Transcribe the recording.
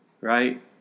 right